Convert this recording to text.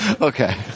Okay